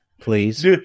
Please